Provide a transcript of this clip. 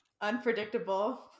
Unpredictable